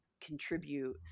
contribute